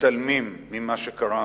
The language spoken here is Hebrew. מתעלמים ממה שקרה.